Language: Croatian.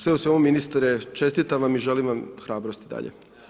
Sve u svemu ministre, čestitam vam i želim vam hrabrosti dalje.